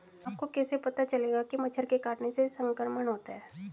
आपको कैसे पता चलेगा कि मच्छर के काटने से संक्रमण होता है?